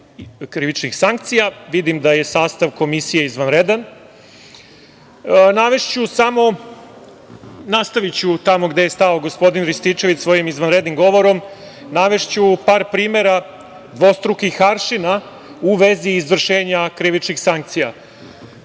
krivičnih sankcija. Vidim da je sastav Komisije izvanredan. Nastaviću tamo gde je stao gospodin Rističević svojim izvanrednim govorom. Navešću par primera dvostrukih aršina u vezi izvršenja krivičnih sankcija. Novinar